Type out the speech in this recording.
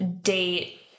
date